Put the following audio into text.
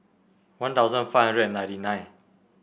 One Thousand five hundred and ninety nine